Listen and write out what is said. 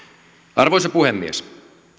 arvoisa puhemies